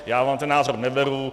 Já vám ten názor neberu.